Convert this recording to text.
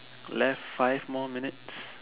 left five more minutes